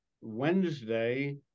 Wednesday